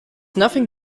nothing